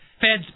Fed's